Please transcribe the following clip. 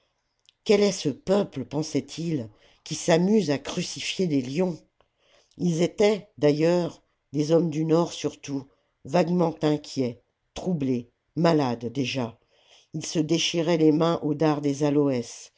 quel est ce peuple pensaient-ils qui s'amuse à crucifier des lions ils étaient d'ailleurs les hommes du nord surtout vaguement inquiets troublés malades déjà ils se déchiraient les mains aux dards des aloès